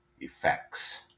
effects